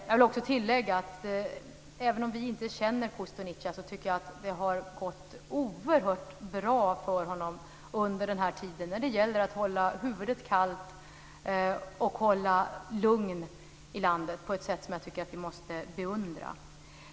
Jag vill också tillägga att även om vi inte känner Kostunica tycker jag att det har gått oerhört bra för honom under den här tiden när det gäller att hålla huvudet kallt och hålla lugn i landet, på ett sätt som vi måste beundra.